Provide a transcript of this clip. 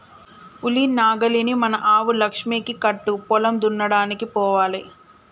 ఉలి నాగలిని మన ఆవు లక్ష్మికి కట్టు పొలం దున్నడానికి పోవాలే